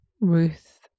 Ruth